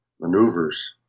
maneuvers